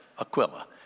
Aquila